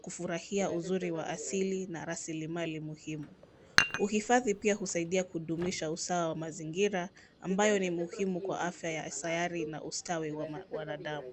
kufurahia uzuri wa asili na rasilimali muhimu ,ukihifadhi pia kusaidia kudumisha usawa wa mazingira ambayo ni muhimu kwa afya ya sayari na ustawi wa wanadamu.